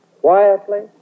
quietly